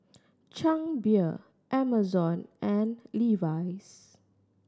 Chang Beer Amazon and Levi's